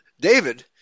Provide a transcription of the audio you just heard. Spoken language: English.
David